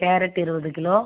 carrot இருபது kilo